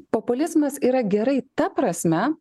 populizmas yra gerai ta prasme